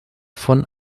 von